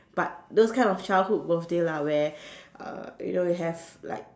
but those kind of childhood birthday lah where uh you know we have like